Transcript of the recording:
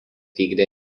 vykdė